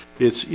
it's you